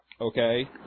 Okay